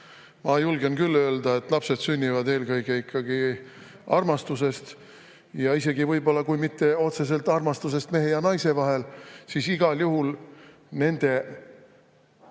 Ma julgen küll öelda, et lapsed sünnivad eelkõige ikkagi armastusest, ja isegi võib-olla kui mitte otseselt armastusest mehe ja naise vahel, siis igal juhul nende